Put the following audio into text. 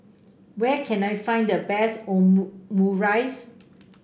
where can I find the best